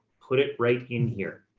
put it right in here.